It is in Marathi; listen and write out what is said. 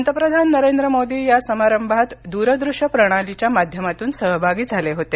पंतप्रधान नरेंद्र मोदी या समारंभात दूरदृश्य प्रणालीच्या माध्यमातून सहभागी झाले होते